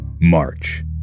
March